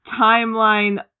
timeline